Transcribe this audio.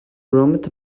gromit